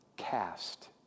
cast